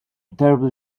terribly